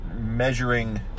measuring